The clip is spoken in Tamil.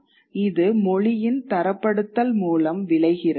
இது மொழியின் தரப்படுத்தல் மூலம் விளைகிறது